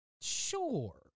Sure